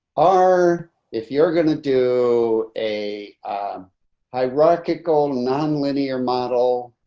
r if you're going to do a hierarchical nonlinear model